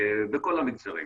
בכל המגזרים,